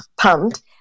pumped